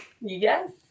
Yes